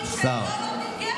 סנקציות כנגד גברים שלא נותנים גט,